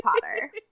Potter